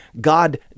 God